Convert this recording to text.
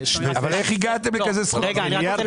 אבל איך הגעתם לכזה סכום?